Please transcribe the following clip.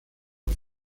und